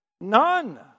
None